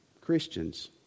Christians